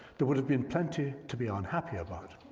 there would've been plenty to be unhappy about.